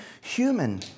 human